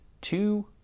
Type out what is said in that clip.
two